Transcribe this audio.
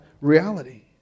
reality